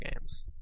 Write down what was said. games